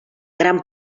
gran